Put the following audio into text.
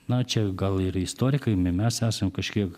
na čia gal ir istorikai mes esam kažkiek